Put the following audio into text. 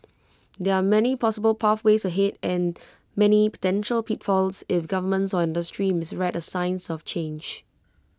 there are many possible pathways ahead and many potential pitfalls if governments or industry misread the signs of change